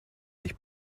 sich